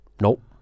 Nope